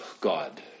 God